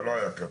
זה לא היה כתוב.